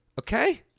Okay